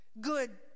good